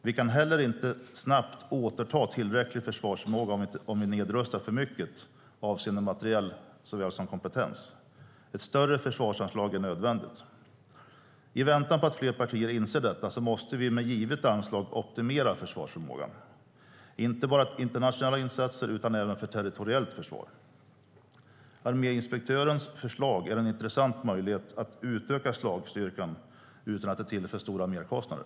Vi kan heller inte snabbt återta tillräcklig försvarsförmåga om vi nedrustar för mycket avseende såväl materiel som kompetens. Ett större försvarsanslag är nödvändigt. I väntan på att fler partier inser detta måste vi med givet anslag optimera försvarsförmågan, inte bara för internationella insatser utan även för territoriellt försvar. Arméinspektörens förslag är en intressant möjlighet att utöka slagstyrkan utan att det medför stora merkostnader.